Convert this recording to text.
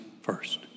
first